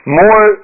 more